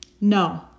No